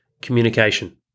communication